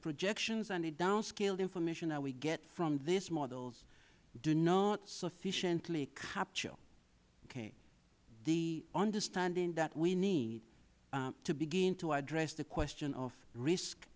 projections and the down scaled information that we get from these models do not sufficiently capture okay the understanding that we need to begin to address the question of risk